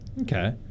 Okay